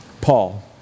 Paul